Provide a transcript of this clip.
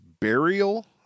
burial